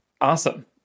Awesome